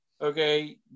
okay